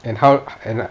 and how and